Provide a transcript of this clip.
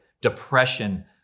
depression